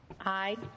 Aye